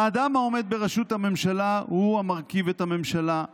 האדם העומד בראשות הממשלה הוא המרכיב את הממשלה,